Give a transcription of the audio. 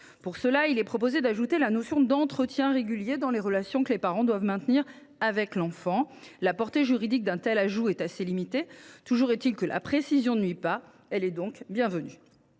deux parents. Il prévoit d’ajouter la notion d’« entretien régulier » pour définir les relations que les parents doivent maintenir avec l’enfant. La portée juridique d’un tel ajout est assez limitée. Toujours est il que la précision ne nuit pas et qu’elle est bienvenue.